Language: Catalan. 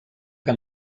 que